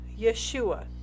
Yeshua